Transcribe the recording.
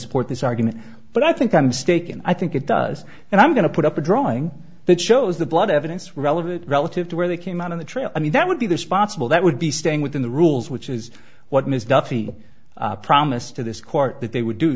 support this argument but i think i'm stake and i think it does and i'm going to put up a drawing that shows the blood evidence relevant relative to where they came out on the trail i mean that would be the sponsible that would be staying within the rules which is what ms duffy promised to this court that they would do